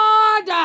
God